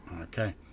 Okay